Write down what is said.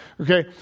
okay